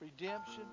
redemption